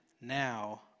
now